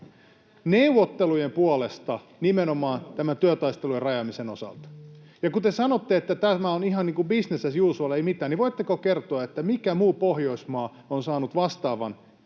neuvottelujen puolesta nimenomaan työtaistelujen rajaamisen osalta. Ja kun te sanotte, että tämä on ihan ”business as usual”, ’ei mitään’, niin voitteko kertoa, mikä muu Pohjoismaa on saanut vastaavan